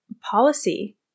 policy